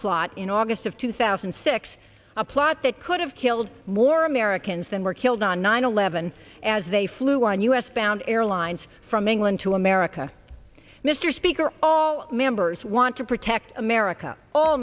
plot in august of two thousand and six a plot that could have killed more americans than were killed on nine eleven as they flew on u s bound airlines from england to america mr speaker all members want to protect america